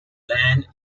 land